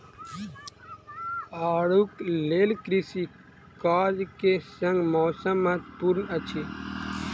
आड़ूक लेल कृषि कार्य के संग मौसम महत्वपूर्ण अछि